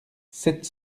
sept